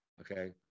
Okay